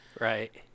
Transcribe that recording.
right